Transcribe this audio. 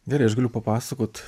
gerai aš galiu papasakot